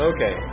Okay